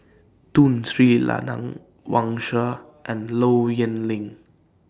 Tun Sri Lanang Wang Sha and Low Yen Ling